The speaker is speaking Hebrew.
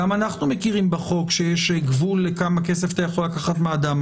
גם אנחנו מכירים בחוק שיש גבול לכמה כסף אתה יכול לקחת מהאדם.